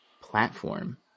platform